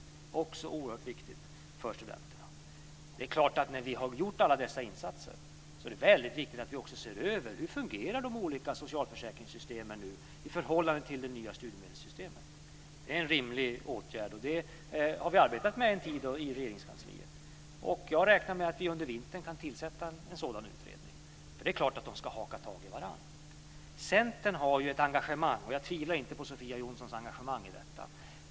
Det är också oerhört viktigt för studenterna. Det är klart att när vi har gjort alla dessa insatser så är det väldigt viktigt att vi också ser över hur de olika socialförsäkringssystemen nu fungerar i förhållande till det nya studiemedelssystemet. Det är en rimlig åtgärd, och det har vi arbetat med en tid i Regeringskansliet. Och jag räknar med att vi under vintern kan tillsätta en sådan utredning, eftersom det är klart att de ska haka tag i varandra. Centern har ju ett engagemang, och jag tvivlar inte på Sofia Jonssons engagemang i detta.